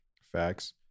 Facts